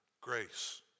Grace